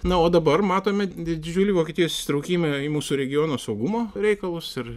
na o dabar matome didžiulį vokietijos įtraukimą į mūsų regiono saugumo reikalus ir